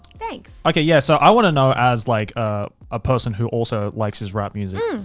thanks. okay yeah, so i wanna know as like a ah person who also likes his rap music,